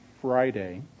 Friday